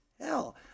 hell